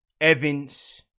Evans